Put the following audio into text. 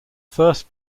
first